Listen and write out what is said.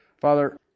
Father